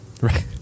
right